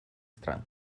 стран